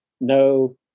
no